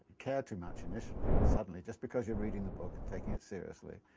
care too much initially, but suddenly, just because you're reading the book and taking it seriously,